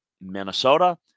Minnesota